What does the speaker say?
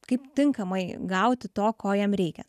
kaip tinkamai gauti to ko jam reikia